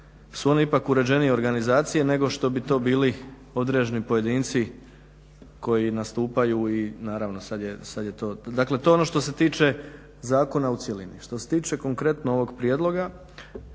su oni ipak uređenije organizacije nego što bi to bili određeni pojedinci koji nastupaju i naravno, dakle to je ono što se tiče zakona u cjelini. Što se tiče konkretno ovog prijedloga